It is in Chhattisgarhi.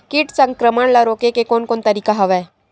कीट संक्रमण ल रोके के कोन कोन तरीका हवय?